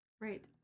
Right